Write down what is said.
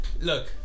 Look